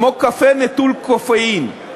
כמו קפה נטול קפאין.